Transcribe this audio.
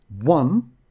One